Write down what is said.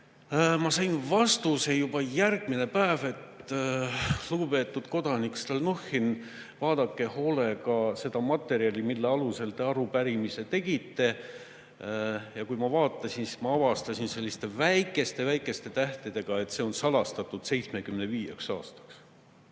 ma sain juba järgmine päev vastuse, et lugupeetud kodanik Stalnuhhin, vaadake hoolega seda materjali, mille alusel te arupärimise tegite. Ja kui ma vaatasin, siis ma avastasin, et selliste väikeste-väikeste tähtedega on kirjas, et see on salastatud 75 aastaks.